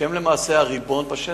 שהם למעשה הריבון בשטח.